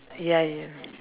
ya ya